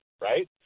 right